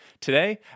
Today